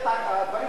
קודם לכן.